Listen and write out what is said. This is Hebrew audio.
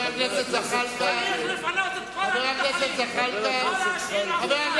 צריך לפנות את כל המתנחלים, לא להשאיר אף אחד.